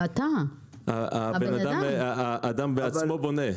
האדם בעצמו בונה.